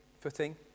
footing